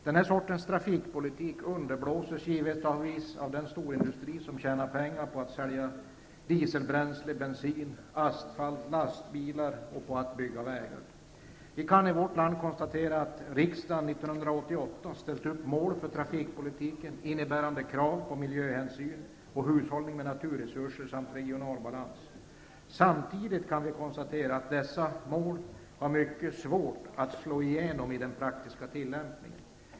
Den här sortens trafikpolitik underblåses givetvis av den storindustri som tjänar pengar på att sälja diesel, bensin, asfalt och lastbilar och på att bygga vägar. Vi kan i vårt land konstatera att riksdagen år 1988 ställde upp mål för trafikpolitiken som innebär krav på miljöhänsyn, hushållning med naturresurser och regional balans. Samtidigt kan vi konstatera att det i den praktiska tillämpningen är mycket svårt att nå dessa mål.